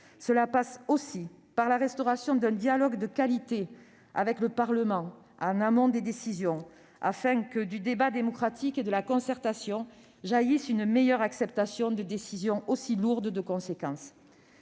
Cela passe aussi par la restauration d'un dialogue de qualité avec le Parlement en amont des décisions, afin que du débat démocratique et de la concertation jaillisse une meilleure acceptation de décisions aussi lourdes de conséquences.